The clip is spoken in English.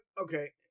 okay